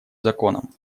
законом